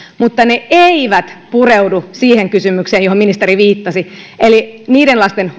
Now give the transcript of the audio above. mutta ne eivät pureudu siihen kysymykseen johon ministeri viittasi eli niiden lasten